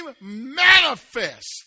manifest